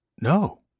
No